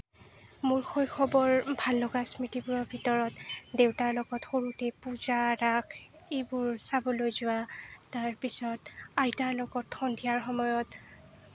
মোৰ শৈশৱৰ ভাল লগা স্মৃতিবোৰৰ ভিতৰত দেউতাৰ লগত সৰুতে পূজা ৰাস এইবোৰ চাবলৈ যোৱা তাৰপিছত আইতাৰ লগত সন্ধিয়াৰ সময়ত